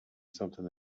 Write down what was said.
something